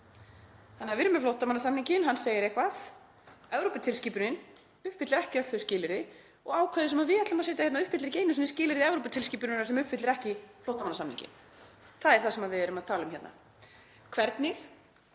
Þannig að við erum með flóttamannasamninginn, hann segir eitthvað. Evróputilskipunin uppfyllir ekki öll þau skilyrði og ákvæðið sem við ætlum að setja hérna inn uppfyllir ekki einu sinni skilyrði Evróputilskipunarinnar sem uppfyllir ekki flóttamannasamninginn. Það er það sem við erum að tala um hérna. Hvernig?